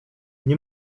nie